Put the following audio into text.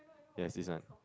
yes this one